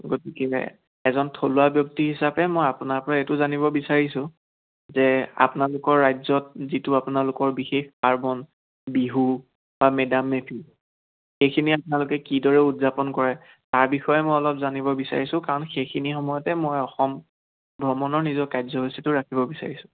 গতিকে এজন থলুৱা ব্যক্তি হিচাপে মই আপোনাৰ পৰা এইটো জানিব বিচাৰিছোঁ যে আপোনালোকৰ ৰাজ্যত যিটো আপোনালোকৰ বিশেষ পাৰ্বন বিহু বা মেডাম মেফি সেইখিনি আপোনালোকে কিদৰে উদযাপন কৰে তাৰ বিষয়ে মই অলপ জানিব বিছাৰিছোঁ কাৰণ সেইখিনি সময়তে মই অসম ভ্ৰমণৰ নিজৰ কাৰ্য্যসূচীটো ৰাখিব বিচাৰিছোঁ